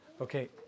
Okay